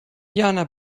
jana